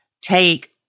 take